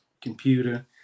computer